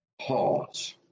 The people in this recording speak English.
pause